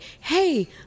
hey